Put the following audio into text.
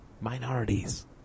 minorities